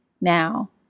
now